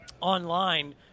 online